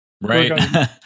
Right